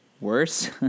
worse